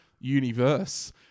universe